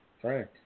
Frank